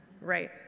right